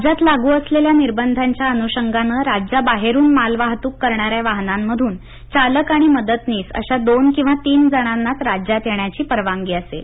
मालवाहतक राज्यात लागू असलेल्या निर्बंधांच्या अनुषंगानं राज्याबाहेरून मालवाहतूक करणाऱ्या वाहनांमध्रन चालक आणि मदतनीस अश्या दोन किंवा तीन जणांनाच राज्यात येण्याची परवानगी असेल